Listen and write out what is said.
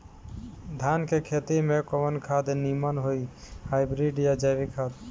धान के खेती में कवन खाद नीमन होई हाइब्रिड या जैविक खाद?